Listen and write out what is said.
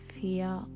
fear